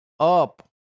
up